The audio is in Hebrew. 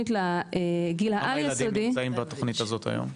כמה ילדים נמצאים בתוכנית הזאת היום?